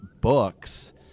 books